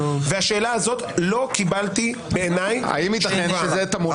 והשאלה הזאת, לא קיבלתי בעיניי תשובה.